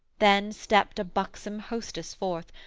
then stept a buxom hostess forth,